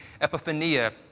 epiphania